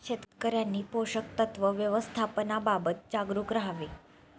शेतकऱ्यांनी पोषक तत्व व्यवस्थापनाबाबत जागरूक राहावे